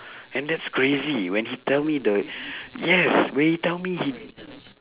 and that's crazy when he tell me the yes when he tell me he